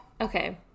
Okay